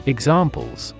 Examples